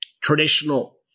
traditional